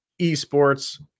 eSports